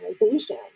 organization